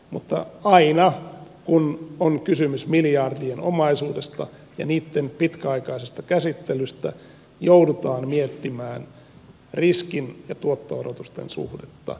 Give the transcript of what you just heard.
mutta aina kun on kysymys miljardien omaisuudesta ja niitten pitkäaikaisesta käsittelystä joudutaan miettimään riskin ja tuottoerotusten suhdetta